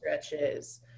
stretches